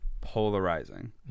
polarizing